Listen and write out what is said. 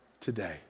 today